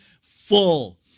full